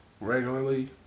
regularly